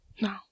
No